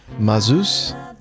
Mazus